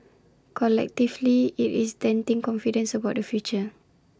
collectively IT is denting confidence about the future